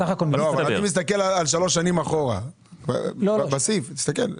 לא אני מסתכל על שלוש שנים אחורה בסעיף תסתכל.